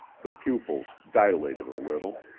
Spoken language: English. the pupils dilated a little.